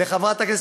אלי,